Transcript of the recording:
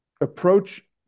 approach